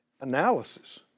analysis